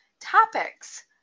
topics